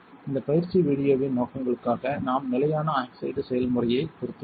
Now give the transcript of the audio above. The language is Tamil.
இந்த பயிற்சி வீடியோவின் நோக்கங்களுக்காக நாம் நிலையான ஆக்சைடு செய்முறையைத் திருத்துவோம்